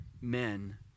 men